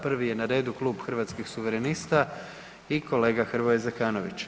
Prvi je na redu klub Hrvatskih suverenista i kolega Hrvoje Zekanović.